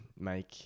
make